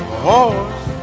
horse